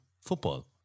Football